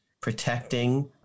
Protecting